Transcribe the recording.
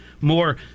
more